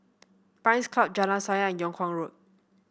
Pines Club Jalan Sayang Yung Kuang Road